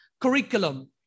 curriculum